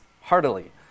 heartily